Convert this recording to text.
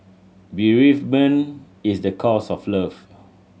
bereavement is the cost of love